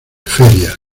ferias